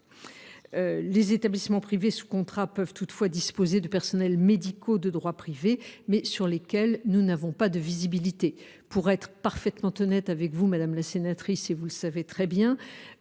Les établissements privés sous contrat peuvent toutefois disposer de personnels médicaux de droit privé, sur lesquels nous n’avons pas de visibilité. Pour être parfaitement honnête avec vous, madame la sénatrice, j’ai actuellement en